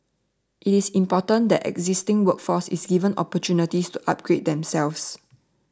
it is important that the existing workforce is given opportunities to upgrade themselves